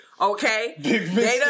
Okay